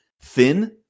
thin